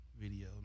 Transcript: video